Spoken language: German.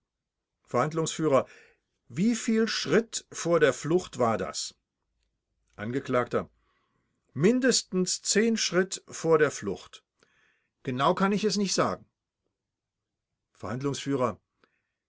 verhandlungsführer wieviel schritt vor der flucht war das angeklagter mindestens zehn schritt vor der flucht genau kann ich es nicht sagen